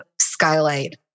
skylight